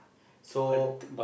so